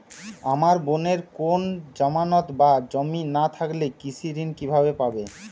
আমার বোনের কোন জামানত বা জমি না থাকলে কৃষি ঋণ কিভাবে পাবে?